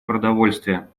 продовольствия